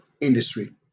industry